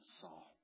Saul